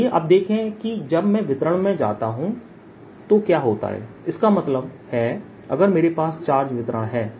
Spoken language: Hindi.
आइए अब देखें कि जब मैं वितरण में जाता हूं तो क्या होता है इसका मतलब है अगर मेरे पास चार्ज वितरण है